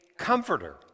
comforter